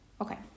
Okay